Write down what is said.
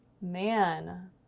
Man